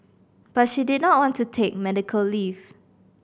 but she did not want to take medical leave